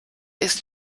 ist